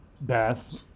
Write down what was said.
Beth